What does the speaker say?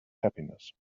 happiness